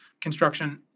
construction